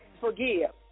forgive